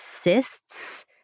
cysts